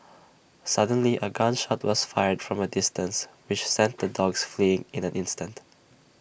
suddenly A gun shot was fired from A distance which sent the dogs fleeing in an instant